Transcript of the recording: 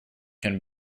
can